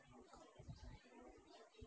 you